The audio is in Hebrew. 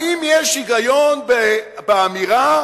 האם יש היגיון באמירה